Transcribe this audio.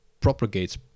propagates